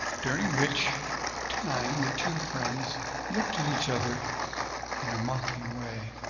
during which time the two friends looked at each other in a mocking way.